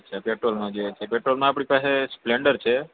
પેટ્રોલમાં આપણી પાસે સપ્લેન્ડર છે